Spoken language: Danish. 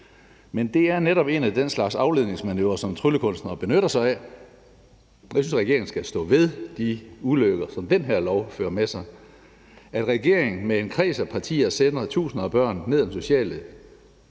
Men det er netop en af den slags afledningsmanøvrer, som tryllekunstnere benytter sig af. Jeg synes, regeringen skal stå ved de ulykker, som den her lov fører med sig. At regeringen med en kreds af partier sender tusinder af børn ned ad den sociale